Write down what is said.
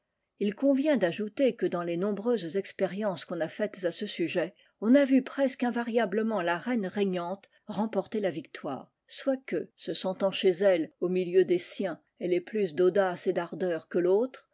les vient d'ajouter que dans les nombreuses expériences qu'on a faites à ce sujet on a va presque invariablement la reine régnante remporter la victoire soit que se sentant chez elle au milieu des siens elle ait plus d'audace et d'ardeur que l'autre